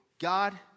God